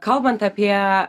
kalbant apie